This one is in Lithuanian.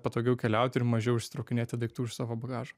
patogiau keliauti ir mažiau išsitraukinėti daiktų iš savo bagažo